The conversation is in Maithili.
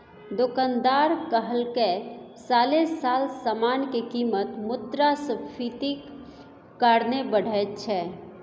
दोकानदार कहलकै साले साल समान के कीमत मुद्रास्फीतिक कारणे बढ़ैत छै